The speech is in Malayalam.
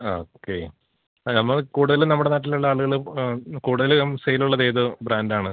ആ ഓക്കെ നമ്മള് കൂടുതല് നമ്മുടെ നാട്ടിലുള്ള ആളുകള് ആ കൂടുതല് സെയ്ലുള്ളതേത് ബ്രാൻ്റാണ്